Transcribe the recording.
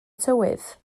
tywydd